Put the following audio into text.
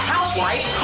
housewife